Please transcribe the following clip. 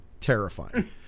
terrifying